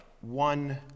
One